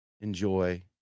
Enjoy